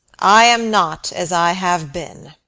i am not as i have been.